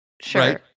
Sure